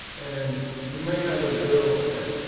and you may have a girlfriend,